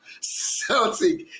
Celtic